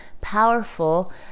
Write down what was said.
powerful